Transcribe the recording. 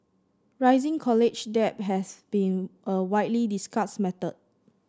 rising college debt has been a widely discussed matter